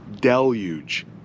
deluge